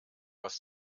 was